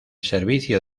servicio